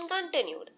continued